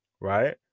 right